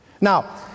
Now